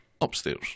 upstairs